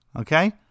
okay